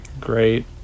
Great